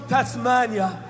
Tasmania